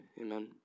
Amen